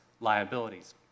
liabilities